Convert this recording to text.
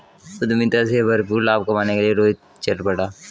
उद्यमिता से भरपूर लाभ कमाने के लिए रोहित चल पड़ा